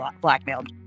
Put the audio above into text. blackmailed